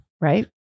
Right